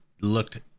looked